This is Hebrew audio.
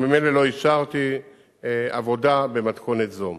וממילא לא אישרתי עבודה במתכונת זו.